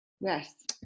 Yes